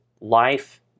life